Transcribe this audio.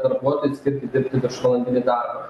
darbuotojui skirti dirbti viršvalandinį darbą